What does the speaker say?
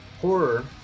horror